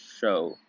show